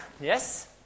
Yes